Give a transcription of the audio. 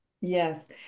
yes